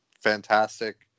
fantastic